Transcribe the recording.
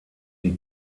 die